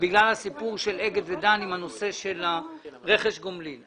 בגלל הסיפור של אגד ודן עם הנושא של רכש הגומלין.